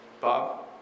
Bob